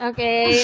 Okay